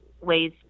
ways